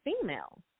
female